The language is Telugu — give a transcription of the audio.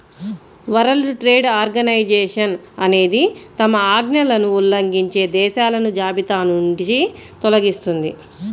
వరల్డ్ ట్రేడ్ ఆర్గనైజేషన్ అనేది తమ ఆజ్ఞలను ఉల్లంఘించే దేశాలను జాబితానుంచి తొలగిస్తుంది